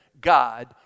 God